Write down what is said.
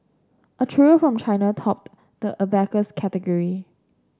a trio from China topped the abacus category